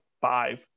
five